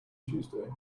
tuesday